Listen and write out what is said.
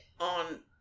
on